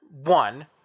One